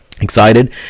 excited